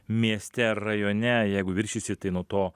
mieste rajone jeigu viršysi tai nuo to